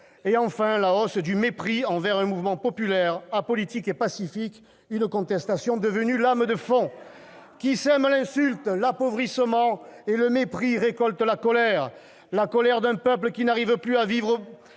; enfin, la hausse du mépris envers un mouvement populaire, apolitique et pacifique. Oh, ça suffit ! La contestation est devenue lame de fond. Qui sème l'insulte, l'appauvrissement et le mépris récolte la colère ! La colère d'un peuple qui n'arrive plus à vivre.